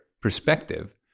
perspective